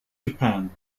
japan